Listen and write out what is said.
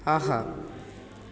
ஆஹா